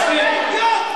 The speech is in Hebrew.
אתה אידיוט.